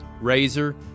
Razor